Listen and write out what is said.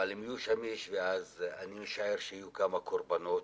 אבל אם יהיה שמיש אני משער שיהיו כמה קורבנות